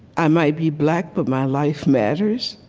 i might be black, but my life matters.